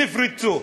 נפרצו,